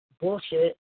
bullshit